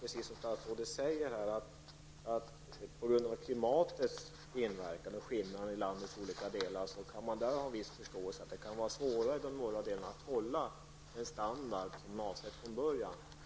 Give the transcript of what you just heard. Precis som statsrådet säger kan man ha viss förståelse för att det på grund av klimatets olika inverkan i olika delar av landet kan vara svårare i de norra delarna att hålla den standard som är avsedd från början.